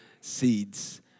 seeds